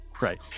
Right